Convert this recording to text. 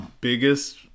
biggest